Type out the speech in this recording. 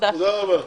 תודה רבה,